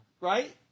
Right